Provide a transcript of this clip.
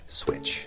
switch